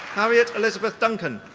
harriet elizabeth duncan.